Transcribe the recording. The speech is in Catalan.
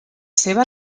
seva